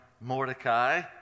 Mordecai